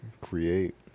create